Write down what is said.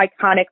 iconic